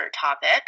topic